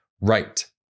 right